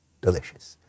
delicious